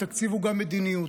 התקציב הוא גם מדיניות.